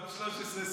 לערוץ 13,